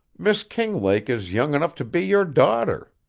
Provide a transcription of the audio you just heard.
miss kinglake is young enough to be your daughter.